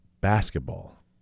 basketball